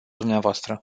dumneavoastră